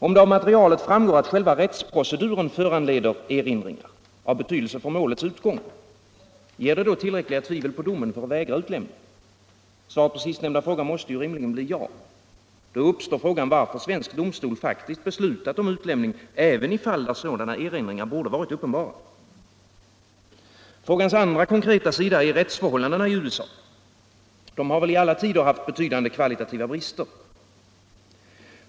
Om det av materialet framgår att själva rättsproceduren föranleder erinringar av betydelse för målets utgång — finns det då tillräckligt tvivel på domen för att vägra utlämning? Svaret på sistnämnda fråga måste rimligen bli ja. Då uppstår frågan varför en svensk domstol faktiskt beslutat om utlämning även i fall där sådana erinringar borde ha varit uppenbara. Frågans andra, konkreta sida är rättsförhållandena i USA. De har väl i alla tider haft betydande kvalitativa brister.